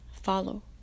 follow